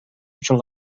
үчүн